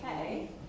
okay